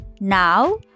Now